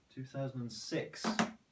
2006